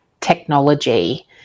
technology